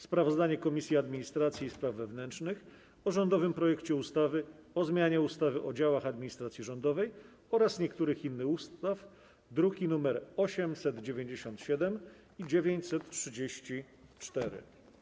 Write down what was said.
Sprawozdanie Komisji Administracji i Spraw Wewnętrznych o rządowym projekcie ustawy o zmianie ustawy o działach administracji rządowej oraz niektórych innych ustaw, druki nr 897 i 934.